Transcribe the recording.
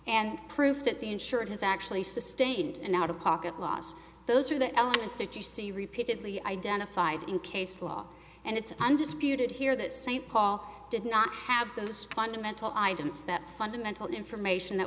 and proof that the insured has actually sustained an out of pocket loss those are the elements that you see repeatedly identified in case law and it's undisputed here that saint paul did not have those fundamental idence that fundamental information that